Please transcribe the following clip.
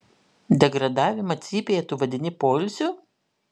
degradavimą cypėje tu vadini poilsiu